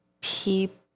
people